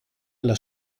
alla